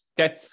Okay